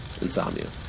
insomnia